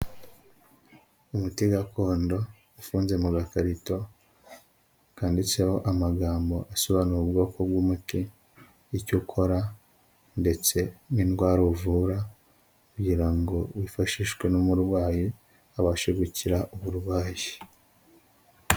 Umuti gakondo ufunze mu gakarito kanditseho amagambo asobanura ubwoko bw'umuti, icyo ukora ndetse n'indwara uvura kugira ngo wifashishwe n'umurwayi abashe gukira uburwayi.